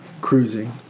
cruising